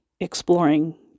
exploring